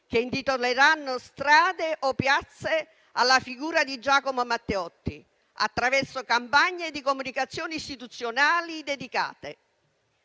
che intitoleranno strade o piazze alla figura di Giacomo Matteotti, attraverso campagne di comunicazione istituzionale dedicate.